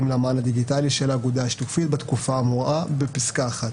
למען הדיגיטלי של האגודה השיתופית בתקופת האמורה בפסקה (1),